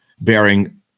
bearing